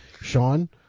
Sean